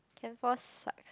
can four sucks